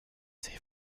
sie